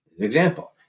example